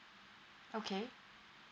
okay